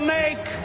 make